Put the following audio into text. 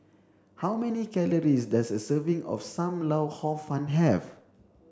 how many calories does a serving of Sam Lau Hor Fun have